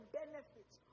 benefits